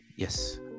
Yes